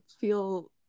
feel